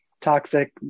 toxic